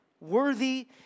Worthy